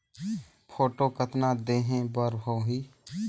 Photo कतना देहें बर होहि?